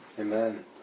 Amen